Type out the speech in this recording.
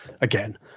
again